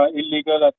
illegal